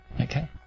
Okay